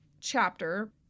chapter